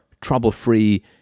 trouble-free